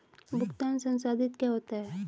भुगतान संसाधित क्या होता है?